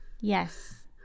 Yes